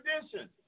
tradition